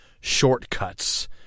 shortcuts